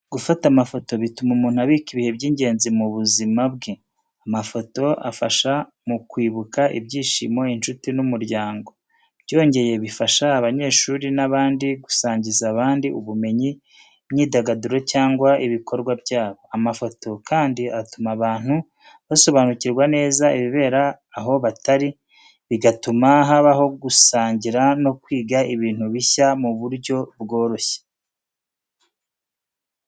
Gufata amafoto bituma umuntu abika ibihe by’ingenzi mu buzima bwe. Amafoto afasha mu kwibuka ibyishimo, inshuti n’umuryango. Byongeye, bifasha abanyeshuri n’abandi gusangiza abandi ubumenyi, imyidagaduro cyangwa ibikorwa byabo. Amafoto kandi atuma abantu basobanukirwa neza ibibera aho batari, bigatuma habaho gusangira no kwiga ibintu bishya mu buryo bworoshye.